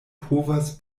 povas